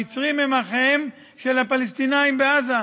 המצרים הם אחיהם של הפלסטינים בעזה,